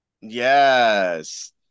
Yes